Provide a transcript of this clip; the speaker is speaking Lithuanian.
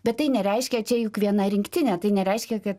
bet tai nereiškia čia juk viena rinktinė tai nereiškia kad